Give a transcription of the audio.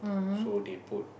so they put